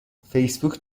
فیسبوک